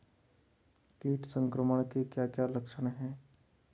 कीट संक्रमण के क्या क्या लक्षण हैं?